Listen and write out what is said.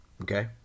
Okay